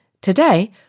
Today